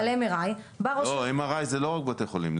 על MRI. לא, MRI זה לא רק בבתי חולים.